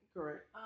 Correct